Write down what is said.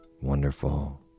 wonderful